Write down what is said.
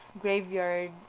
graveyard